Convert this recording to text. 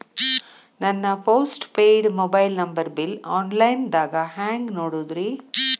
ನನ್ನ postpaid mobile number bill, online ದಾಗ hang ನೋಡೋದ್ರಿ?